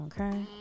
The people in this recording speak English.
Okay